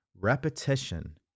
repetition